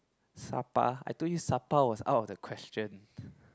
sapa I told you sapa was out of the question